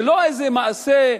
זה לא איזה מעשה,